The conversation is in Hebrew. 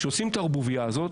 כשעושים את הערבוביה הזאת,